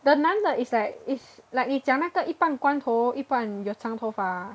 the 男的 is like is like 你讲那个一半光头一半的长头发